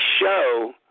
show